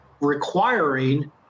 requiring